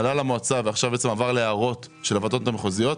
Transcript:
עלה למועצה ועכשיו בעצם עבר להערות של הוועדות המחוזיות.